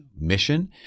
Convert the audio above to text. mission